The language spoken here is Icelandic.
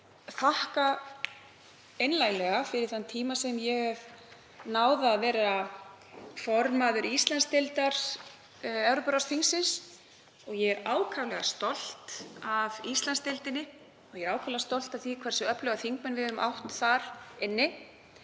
þakka einlæglega fyrir þann tíma sem ég hef náð að vera formaður Íslandsdeildar Evrópuráðsþingsins. Ég er ákaflega stolt af Íslandsdeildinni og ákaflega stolt af því hversu öfluga þingmenn við höfum átt þar inni